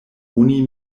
oni